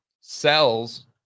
sells